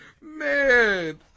Man